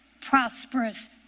prosperous